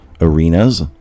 arenas